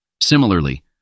Similarly